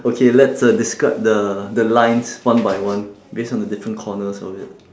okay let's uh describe the the lines one by one based on the different corners of it